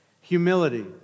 humility